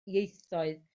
ieithoedd